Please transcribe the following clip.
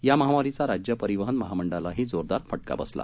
यामहामारीचाराज्यपरिवहनमहामंडळालाहीजोरदारफटकाबसला